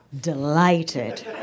delighted